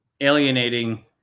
alienating